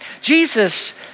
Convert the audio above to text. Jesus